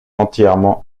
entièrement